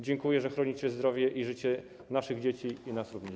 Dziękuję, że chronicie zdrowie i życie naszych dzieci i nas również.